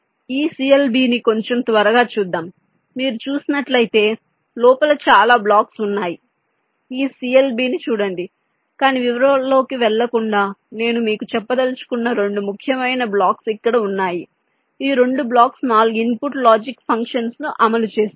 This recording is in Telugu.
ఈ CLB ని కొంచెం త్వరగా చూద్దాం మీరు చూసినట్లయితే లోపల చాలా బ్లాక్స్ ఉన్నాయని ఈ CLB ని చూడండి కాని వివరాల్లోకి వెళ్ళకుండా నేను మీకు చెప్పదలచుకున్న రెండు ముఖ్యమైనవి బ్లాక్స్ ఇక్కడ ఉన్నాయి ఈ రెండు బ్లాక్స్ 4 ఇన్పుట్ లాజిక్ ఫంక్షన్స్ ను అమలు చేస్తాయి